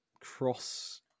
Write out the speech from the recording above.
cross-